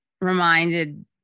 reminded